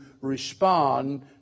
respond